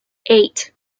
eight